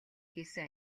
хийсэн